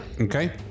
Okay